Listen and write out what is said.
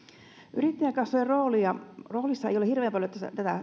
yrittäjäkassojen roolia ei ole hirveän paljon